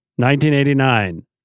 1989